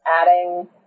adding